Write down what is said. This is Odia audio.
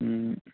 ହୁଁ